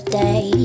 day